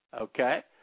okay